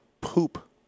poop